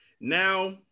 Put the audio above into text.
now